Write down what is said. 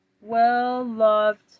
well-loved